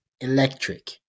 Electric